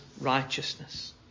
righteousness